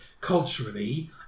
culturally